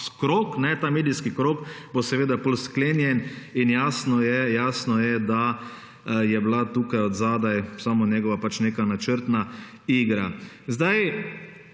krog, ta medijski krog bo seveda potem sklenjen in jasno je, da je bila tukaj zadaj samo njegova neka načrtna igra.